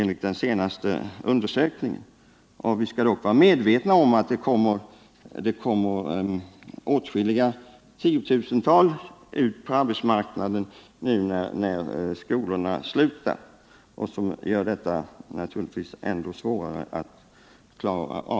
Vi måste dessutom vara medvetna om att åtskilliga tiotusental ungdomar kommer att söka sig till arbetsmarknaden nu när skolorna slutar, och det gör naturligtvis problemet ännu större.